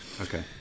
okay